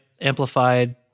amplified